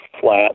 flat